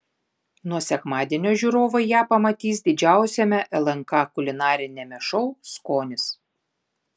nuo sekmadienio žiūrovai ją pamatys didžiausiame lnk kulinariniame šou skonis